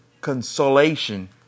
consolation